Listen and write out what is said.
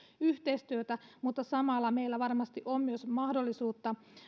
yhteistyötä samalla meillä varmasti on myös mahdollisuus